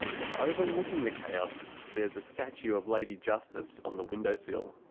and overlooking the chaos, there's a statue of lady justice on the window sill.